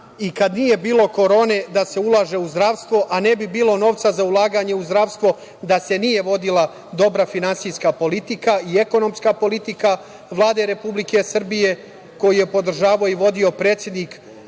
i kada nije bilo korone da se ulaže u zdravstvo, a ne bi bilo novca za ulaganje u zdravstvo da se nije vodila dobra finansijska politika i ekonomska politika Vlade Republike Srbije koju je podržavao i vodio predsednik